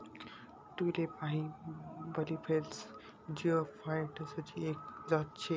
tulip हाई bulbiferous जिओफाइटसची एक जात शे